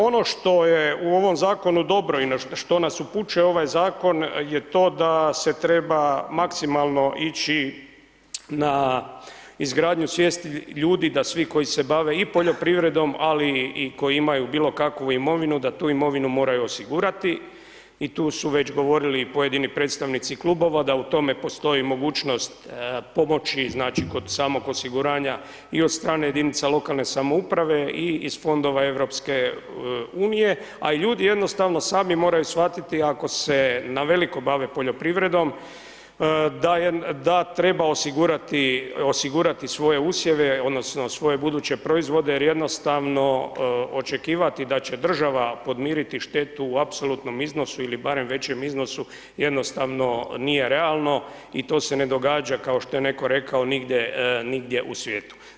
Ono što je u ovom zakonu dobro i na što nas upućuje ovaj zakon je to da se treba maksimalno ići na izgradnju svijesti ljudi da svi koji se bave i poljoprivredom, ali i koji imaju bilo kakvu imovinu, da tu imovinu moraju osigurati i tu su već govorili i pojedini predstavnici klubova da u tome postoji mogućnost pomoći znači kod samog osiguranja i od strane jedinica lokalne samouprave i iz fondova EU, a ljudi jednostavno sami moraju shvatiti ako se na veliko bave poljoprivredom, da treba osigurati svoje usjeve, odnosno svoje buduće proizvode jer jednostavno očekivati da će država podmiriti štetu u apsolutnom iznosu ili barem većem iznosu jednostavno nije realno i to se ne događa kao što je netko rekao, nigdje u svijetu.